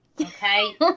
okay